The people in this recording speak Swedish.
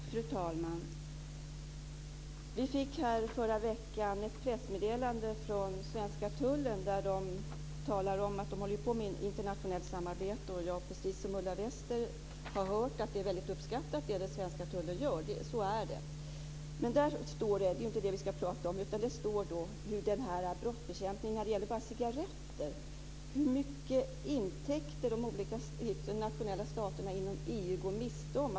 Fru talman! I förra veckan fick vi ett pressmeddelande från den svenska tullen om att den håller på med internationellt samarbete. Precis som Ulla Wester har jag hört att det som den svenska tullen gör är mycket uppskattat. Men det är inte det vi ska prata om. I pressmeddelandet talas det om bekämpningen av cigarettsmuggling. Man nämner hur stora intäkter staterna inom EU går miste om.